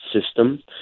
system